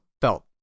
felt